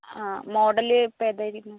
ആ മോഡൽ ഇപ്പോൾ ഏതായിരുന്നു